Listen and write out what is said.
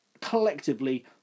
Collectively